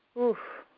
oof.